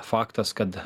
faktas kad